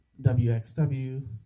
WXW